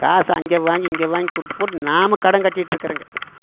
காசை அங்கே வாங்கி இங்கே வாங்கி கொடுத்துப்போட்டு நாம கடன் கட்டிட்ருக்குறேங்க